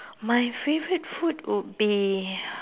my favourite food would be